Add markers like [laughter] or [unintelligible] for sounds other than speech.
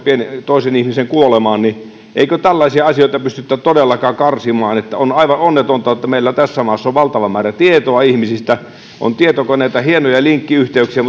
toisen ihmisen kuolemaan eikö tällaisia asioita pystytä todellakaan karsimaan on aivan onnetonta että meillä tässä maassa on valtava määrä tietoa ihmisistä on tietokoneita hienoja linkkiyhteyksiä [unintelligible]